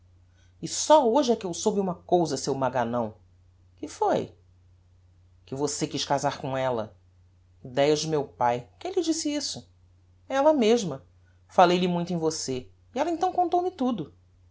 e só hoje é que eu soube uma cousa seu maganão que foi que você quiz casar com ella idéas de meu pae quem lhe disse isso ella mesma falei-lhe muito em você e ella então contou-me tudo